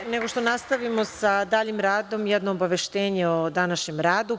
Pre nego što nastavimo sa daljim radom, jedno obaveštenje o današnjem radu.